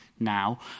Now